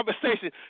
conversation